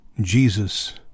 Jesus